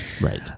Right